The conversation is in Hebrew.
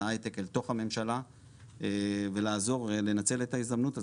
היי-טק אל תוך הממשלה ולעזור לנצל את ההזדמנות הזו.